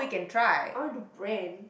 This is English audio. I want to do brand